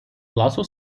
класу